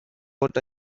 what